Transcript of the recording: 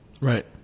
Right